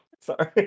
Sorry